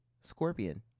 Scorpion